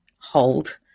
hold